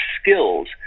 skills